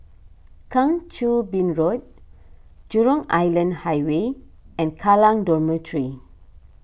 Kang Choo Bin Road Jurong Island Highway and Kallang Dormitory